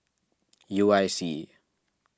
U I C